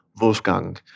Wolfgang